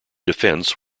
defense